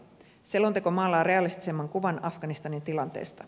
selonteko maalaa realistisemman kuvan afganistanin tilanteesta